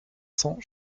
cents